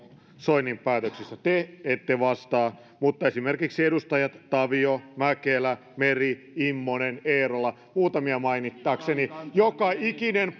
soinin päätöksistä te ette vastaa mutta esimerkiksi edustajat tavio mäkelä meri immonen eerola muutamia mainitakseni joka ikinen